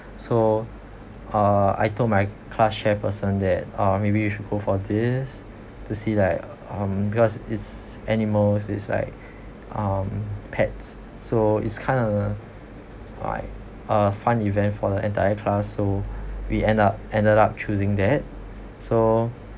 so uh I told my class chairperson that uh maybe you should go for this to see like um because it's animals is like um pets so it's kinda like a fun event for the entire class so we end up ended up choosing that so